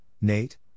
Nate